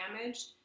damaged